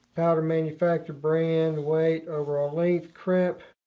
powder manufacturer, brand, weight, overall length, crimp,